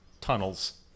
tunnels